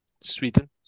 Sweden